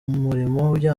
ujyanye